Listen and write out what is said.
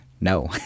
no